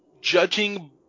judging